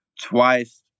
twice